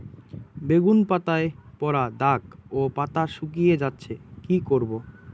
বেগুন পাতায় পড়া দাগ ও পাতা শুকিয়ে যাচ্ছে কি করব?